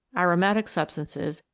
aromatic substances,